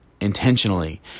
intentionally